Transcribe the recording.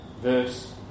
Verse